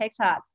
TikToks